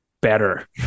better